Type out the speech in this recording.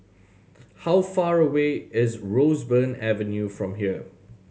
how far away is Roseburn Avenue from here